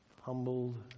humbled